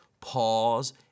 Pause